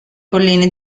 colline